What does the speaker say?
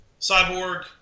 Cyborg